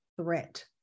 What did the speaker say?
Threat